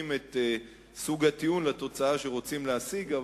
את סוג הטיעון לתוצאה שרוצים להשיג.